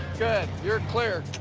good, you're clear.